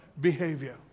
behavior